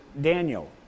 Daniel